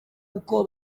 uko